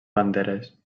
banderes